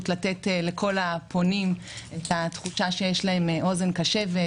לתת לכל הפונים את התחושה שיש להם אוזן קשבת,